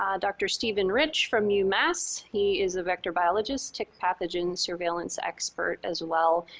um dr. stephen rich from umass. he is a vector biologist tick pathogen surveillance expert as well.